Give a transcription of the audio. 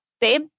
babe